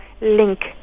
link